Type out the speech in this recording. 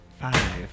Five